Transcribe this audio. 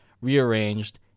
rearranged